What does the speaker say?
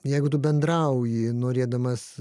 jeigu tu bendrauji norėdamas